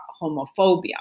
homophobia